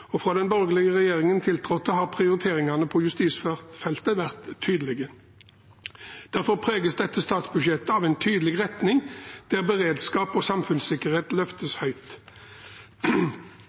og fra den borgerlige regjeringen tiltrådte, har prioriteringene på justisfeltet vært tydelige. Derfor preges dette statsbudsjettet av en tydelig retning, der beredskap og samfunnssikkerhet løftes høyt.